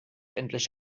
endlich